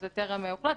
זה טרם הוחלט.